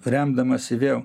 remdamasi vėl